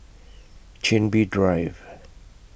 Chin Bee Drive